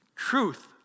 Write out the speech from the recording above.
truth